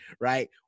Right